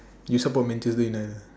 you supposed mend to it lah